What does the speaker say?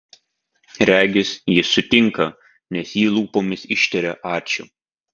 regis jis sutinka nes ji lūpomis ištaria ačiū